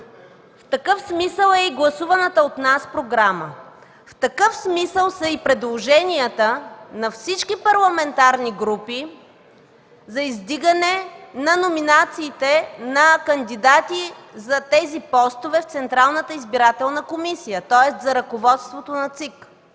В такъв смисъл е гласуваната от нас програма. В такъв смисъл са и предложенията на всички парламентарни групи за издигане на номинациите на кандидати за тези постове в Централната избирателна комисия, тоест за ръководството на ЦИК.